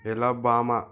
alabama